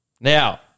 Now